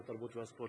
התרבות והספורט.